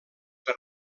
per